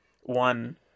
one